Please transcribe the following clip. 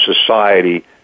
society